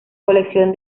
colección